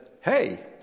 hey